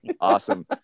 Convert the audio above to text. Awesome